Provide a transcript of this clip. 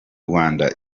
rwanda